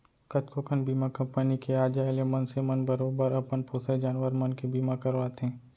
कतको कन बीमा कंपनी के आ जाय ले मनसे मन बरोबर अपन पोसे जानवर मन के बीमा करवाथें